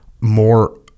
more